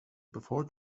before